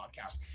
podcast